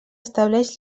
estableix